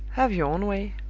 have your own way.